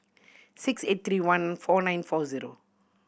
six eight three one four nine four zero